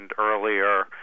earlier